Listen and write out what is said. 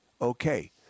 Okay